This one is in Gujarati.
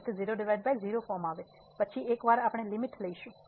તેથી 00 ફોર્મ આવે પછી એક વાર આપણે લીમીટ લઈશું